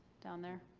down there.